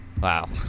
Wow